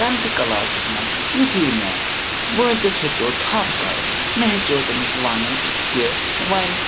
tenth classes مَنٛز یُتھُے مےٚ وٲنٛتِس ہیٚژیٚو تھَپھ کَرُن مےٚ ہیٚژیٚو تٔمِس وَنُن کہِ وۅنۍ